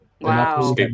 Wow